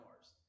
cars